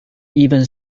ibn